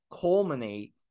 culminate